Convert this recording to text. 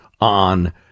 on